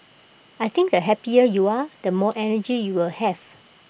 I think the happier you are the more energy you will have